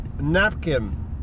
napkin